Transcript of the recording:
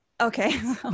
okay